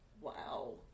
Wow